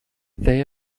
they